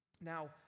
Now